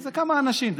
זה כמה אנשים.